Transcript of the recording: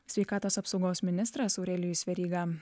sveikatos apsaugos ministras aurelijus veryga